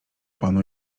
panu